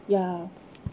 ya